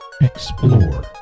Explore